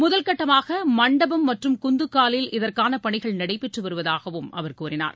முதல்கட்டமாக மண்டபம் மற்றும் குந்துக்காலில் இதற்கான பணிகள் நடைபெற்றுவருவதாகவும் அவர் கூறினார்